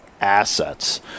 assets